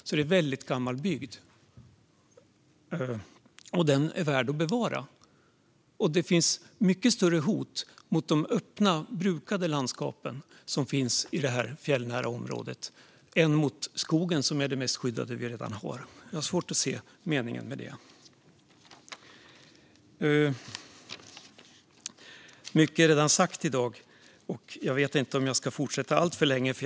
Det är en väldigt gammal bygd, och den är värd att bevara. Det finns mycket större hot mot de öppna, brukade landskapen i det här fjällnära området än mot skogen som redan är det mest skyddade vi har. Jag har svårt att se meningen med det. Mycket är redan sagt i dag, och jag vet inte om jag ska fortsätta så länge till.